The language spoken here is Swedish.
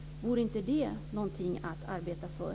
Vore inte detta någonting att arbeta för?